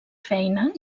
feina